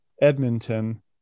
Edmonton